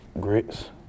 grits